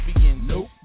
nope